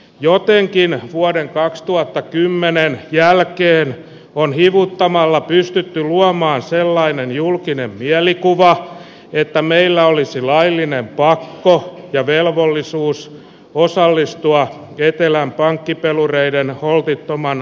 joo teen viime vuoden kaksituhattakymmenen jälkeen on hivuttamalla pystytty luomaan sellainen julkinen mielikuva että meillä olisi laillinen lakko ja velvollisuus osallistua keitellään pankkipelureiden holtittoman